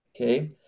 okay